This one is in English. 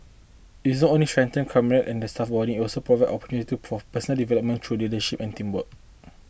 it's not only strengthens camaraderie and the staff bonding it also provides opportunities to pro for personal development through leadership and teamwork